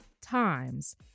times